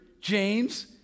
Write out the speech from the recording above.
James